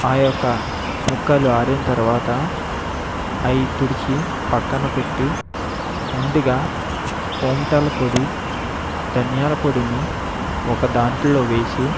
ఆ యొక్క ముక్కలు ఆరిన తరువాత అవి తుడిచి ప్రక్కన పెట్టి ముందుగా ఒంటాల పొడి ధనియాల పొడిని ఒక దాంట్లో వేసి